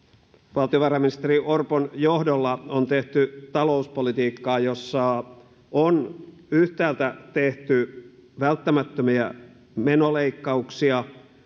valtiovarainministeri orpon johdolla on tehty talouspolitiikkaa jossa on yhtäältä tehty välttämättömiä menoleikkauksia